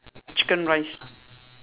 chicken rice